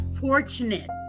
fortunate